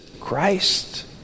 Christ